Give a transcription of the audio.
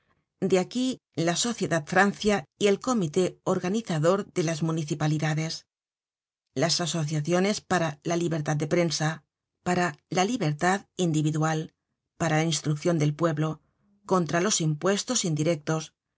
de aquí la sociedad francia y el comité organizador de las municipalidades las asociaciones para la libertad de la prensa para la libertad individual para la instruccion del pueblo contra los impuestos indirectos